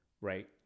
right